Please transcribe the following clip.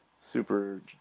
super